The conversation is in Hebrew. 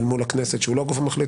אל מול הכנסת שהיא לא הגוף המחליט,